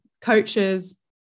coaches